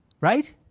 Right